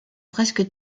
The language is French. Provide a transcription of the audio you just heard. presque